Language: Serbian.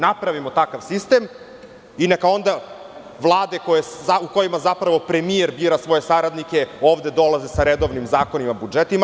Napravimo takav sistem i neka onda vlade u kojima zapravo premijer bira svoje saradnike ovde dolaze sa redovnim zakonima i budžetima.